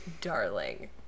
darling